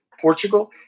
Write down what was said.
Portugal